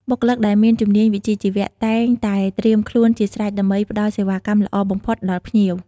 បុគ្គលិកដែលមានជំនាញវិជ្ជាជីវៈ តែងតែត្រៀមខ្លួនជាស្រេចដើម្បីផ្តល់សេវាកម្មល្អបំផុតដល់ភ្ញៀវ។